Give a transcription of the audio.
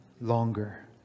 longer